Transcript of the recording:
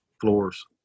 Floors